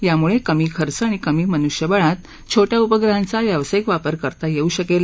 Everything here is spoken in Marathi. यामुळे कमी खर्च आणि कमी मनुष्यबळात छोट्या उपग्रहांचा व्यावसायिक वापर करता येऊ शकेल